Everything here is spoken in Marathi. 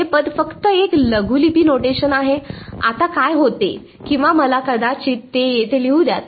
हे पद फक्त एक लघुलिपी नोटेशन आहे आता काय होते किंवा मला कदाचित ते येथे लिहू द्या